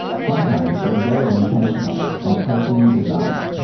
sometimes they're very intentional and carefully designed.